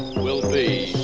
will be